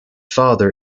father